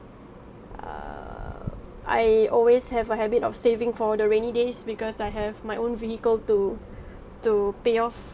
err I always have a habit of saving for the rainy days because I have my own vehicle to to pay off